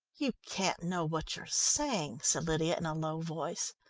you can't know what you're saying, said lydia in a low voice.